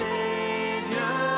Savior